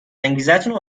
انگیزتونو